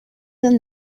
than